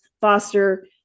foster